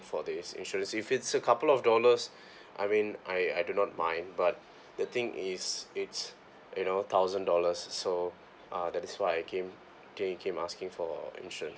for this insurance fees if it's a couple of dollars I mean I I do not mind but the thing is it's you know thousand dollar so uh that's why I came came asking for insurance